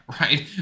right